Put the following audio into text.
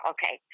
Okay